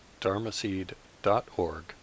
dharmaseed.org